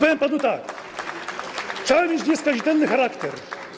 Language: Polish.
Powiem panu tak: Trzeba mieć nieskazitelny charakter.